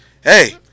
hey